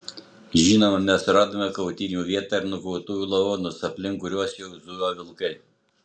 žinoma mes suradome kautynių vietą ir nukautųjų lavonus aplink kuriuos jau zujo vilkai